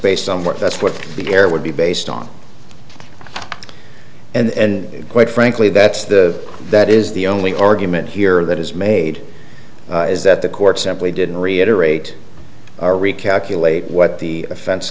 based on work that's what the air would be based on and quite frankly that's the that is the only argument here that is made is that the court simply didn't reiterate are recalculate what the offense